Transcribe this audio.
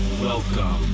Welcome